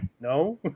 no